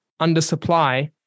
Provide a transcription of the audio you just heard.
undersupply